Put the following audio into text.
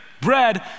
bread